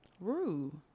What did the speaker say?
Rue